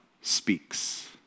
speaks